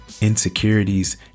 insecurities